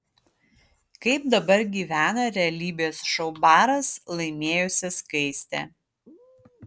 kaip dabar gyvena realybės šou baras laimėjusi skaistė